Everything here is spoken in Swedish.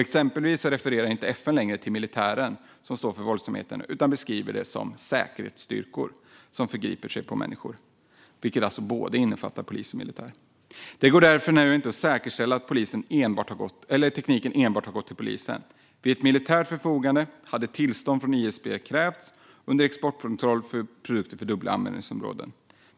Exempelvis refererar FN inte längre till att militären står för våldsamheterna utan beskriver det som att det är säkerhetsstyrkor som förgriper sig på människor, vilket alltså innefattar både polis och militär. Det går därför inte att säkerställa att tekniken enbart har gått till polisen. Vid ett militärt förfogande hade tillstånd från ISP krävts under exportkontroll för produkter med dubbla användningsområden.